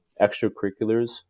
extracurriculars